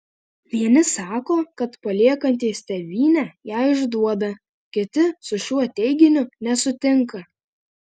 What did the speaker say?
vieni sako kad paliekantys tėvynę ją išduoda kiti su šiuo teiginiu nesutinka